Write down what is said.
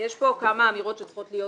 יש כאן כמה אמירות שצריכות להיות